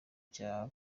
cya